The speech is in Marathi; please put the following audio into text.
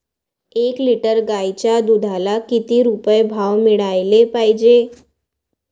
एक लिटर गाईच्या दुधाला किती रुपये भाव मिळायले पाहिजे?